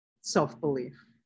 self-belief